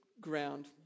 ground